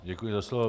Děkuji za slovo.